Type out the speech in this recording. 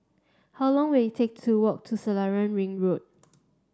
how long will it take to walk to Selarang Ring Road